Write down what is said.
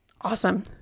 awesome